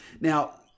Now